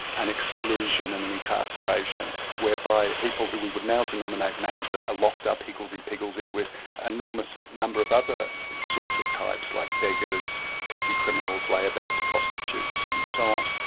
an exclusion and incarceration whereby people who we would now denominate mad are locked up higgeldy-piggeldy with an enormous number of other sorts of types, like beggars, petty criminals, layabouts, prostitutes, and so on.